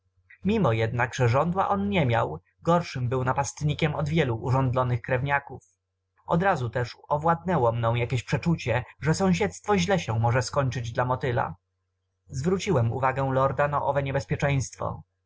mimo jednak że żądła on nie miał gorszym był napastnikiem od wielu użądlonych krewniaków odrazu też owładnęło mną jakieś przeczucie że sąsiedztwo źle się może skończyć dla motyla zwróciłem uwagę lorda na owe niebezpieczeństwo